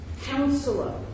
Counselor